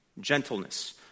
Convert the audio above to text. gentleness